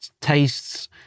tastes